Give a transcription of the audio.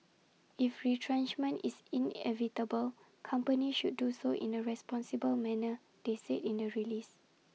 if retrenchment is inevitable companies should do so in A responsible manner they said in the release